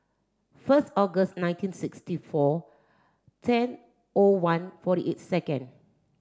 first August nineteen sixty four ten O one forty eight second